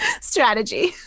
strategy